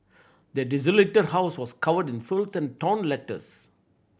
the desolated house was covered in filth and torn letters